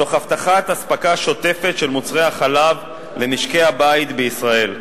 תוך הבטחת אספקה שוטפת של מוצרי חלב למשקי הבית בישראל.